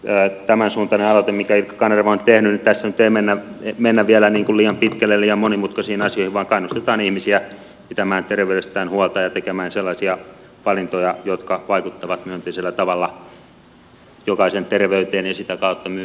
tämän suuntaisessa aloitteessa minkä ilkka kanerva on tehnyt ei nyt mennä vielä liian pitkälle liian monimutkaisiin asioihin vaan kannustetaan ihmisiä pitämään terveydestään huolta ja tekemään sellaisia valintoja jotka vaikuttavat myönteisellä tavalla jokaisen terveyteen ja sitä kautta myös sitten kansanterveyteen